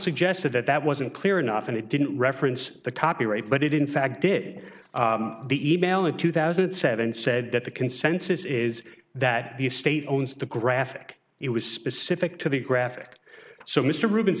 suggested that that wasn't clear enough and it didn't reference the copyright but it in fact did the e mail of two thousand and seven said that the consensus is that the state owns the graphic it was specific to the graphic so mr rub